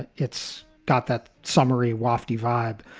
and it's got that summery, wafty vibe.